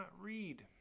read